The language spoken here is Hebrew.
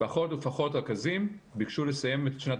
פחות ופחות רכזים ביקשו לסיים את שנת